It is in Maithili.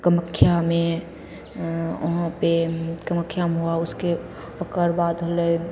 कामाख्यामे वहाँपर कामाख्यामे हुआ उसके ओकर बाद होलै